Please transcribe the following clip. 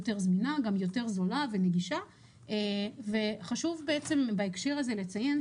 מלפני שבוע ואתם בהחלט יכולים לראות כאן,